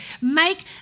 Make